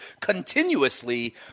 continuously